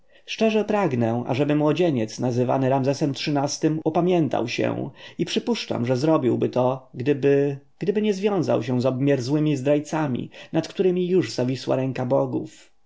szczerze pragnę ażeby młodzieniec nazywany ramzesem xiii-tym upamiętał się i przypuszczam że zrobiłby to gdyby gdyby nie związał się z obmierzłymi zdrajcami nad którymi już zawisła ręka bogów